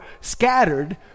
scattered